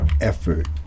effort